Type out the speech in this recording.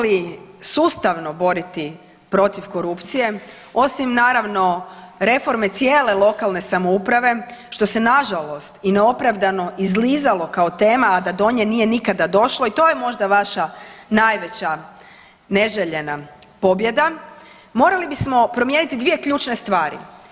Da bismo se mogli sustavno boriti protiv korupcije osim naravno reforme cijele lokalne samouprave što se na žalost i neopravdano izlizalo kao tema a da do nje nije nikada došlo i to je možda vaša najveća neželjena pobjeda, morali bismo promijeniti dvije ključne stvari.